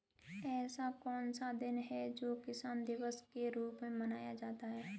ऐसा कौन सा दिन है जो किसान दिवस के रूप में मनाया जाता है?